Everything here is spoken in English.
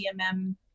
DMM